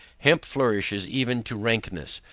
hemp flourishes even to rankness,